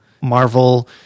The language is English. marvel